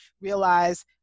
realize